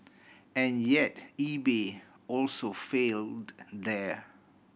and yet eBay also failed there